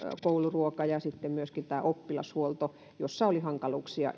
kouluruoka ja sitten myöskin oppilashuolto jossa oli hankaluuksia